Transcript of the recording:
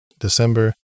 December